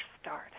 start